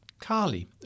Carly